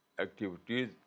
activities